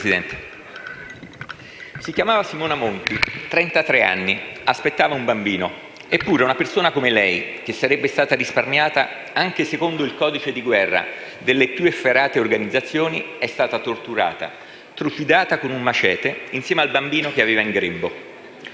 Signor Presidente, si chiamava Simona Monti, trentatré anni, aspettava un bambino. Eppure una persona come lei, che sarebbe stata risparmiata anche secondo il codice di guerra delle più efferate organizzazioni, è stata torturata, trucidata con un *machete*, insieme al bambino che aveva in grembo.